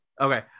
Okay